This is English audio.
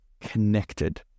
connected